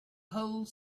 whole